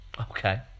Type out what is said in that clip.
Okay